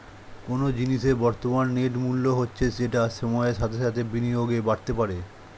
কোনো জিনিসের বর্তমান নেট মূল্য হচ্ছে যেটা সময়ের সাথে সাথে বিনিয়োগে বাড়তে পারে